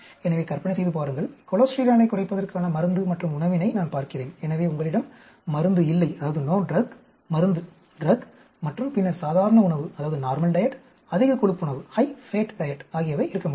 எனவே கற்பனை செய்து பாருங்கள் கொலோஸ்டீராலைக் குறைப்பதற்கான மருந்து மற்றும் உணவினை நான் பார்க்கிறேன் எனவே உங்களிடம் மருந்து இல்லை மருந்து மற்றும் பின்னர் சாதாரண உணவு அதிக கொழுப்பு உணவு ஆகியவை இருக்க முடியும்